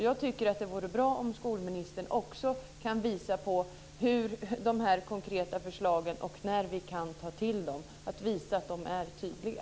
Det vore alltså bra om skolministern också kunde visa på konkreta förslag här som sedan också är tydliga.